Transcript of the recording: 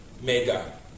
mega